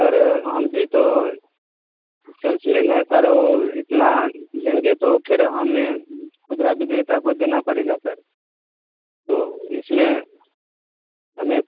sir हम भी तो सेल्समैन हैं सर अब इतना देंगे तो फिर हमें खुदरा विक्रेता को देना पड़ेगा सर तो इस में हमें